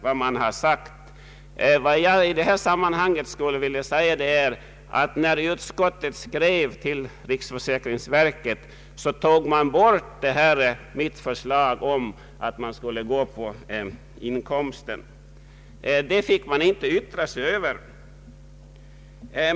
Vad jag i detta sammanhang skulle vilja framhålla är, att när utskottet skrev till riksförsäkringsverket tog utskottet bort mitt förslag om att man skulle gå efter inkomsten. Det förslaget fick verket inte yttra sig över.